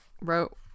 wrote